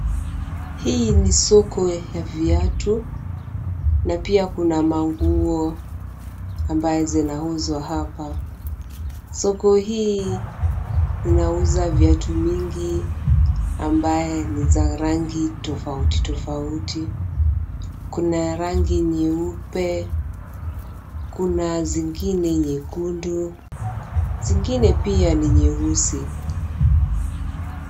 Hili ni soko la viatu na pia kuna nguo ambazo zinauzwa hapa. Soko hili linauza viatu vingi ambavyo ni vya rangi tofauti tofauti. Kuna vya rangi nyeupe, kuna zingine nyekundu, zingine pia ni nyeusi.